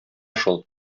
шул